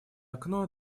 окно